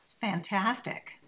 Fantastic